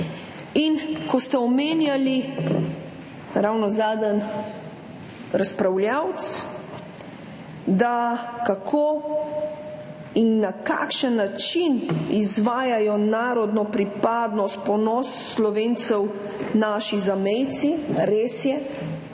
In ko ste omenjali, ravno zadnji razpravljavec, kako in na kakšen način izvajajo narodno pripadnost, ponos Slovencev naši zamejci, res je,